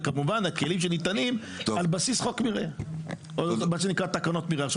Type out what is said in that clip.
וכמובן הכלים שניתנים על בסיס חוק המרעה או מה שנקרא תקנות מרעה.